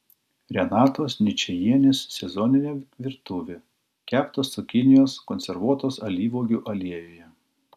renatos ničajienės sezoninė virtuvė keptos cukinijos konservuotos alyvuogių aliejuje